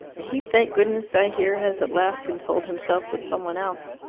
he, thank goodness, i hear, has at last consoled himself with someone else.